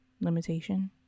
limitation